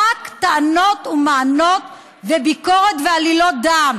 רק טענות ומענות וביקורת ועלילות דם.